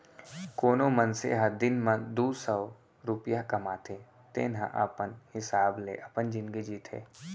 कोनो मनसे ह दिन म दू सव रूपिया कमाथे तेन ह अपन हिसाब ले अपन जिनगी जीथे